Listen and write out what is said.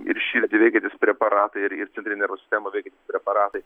ir širdį veikiantys preparatai ir ir centrinę nervų sistemą veikiantys preparatai